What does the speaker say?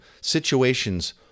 situations